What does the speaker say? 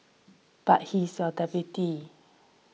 but he is your deputy